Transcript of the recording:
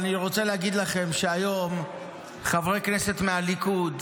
אבל אני רוצה להגיד לכם שהיום חברי כנסת מהליכוד,